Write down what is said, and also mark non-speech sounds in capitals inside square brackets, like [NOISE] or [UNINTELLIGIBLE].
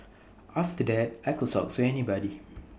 after that I could [UNINTELLIGIBLE] anybody